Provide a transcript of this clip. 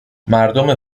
مردم